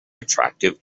attractive